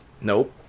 Nope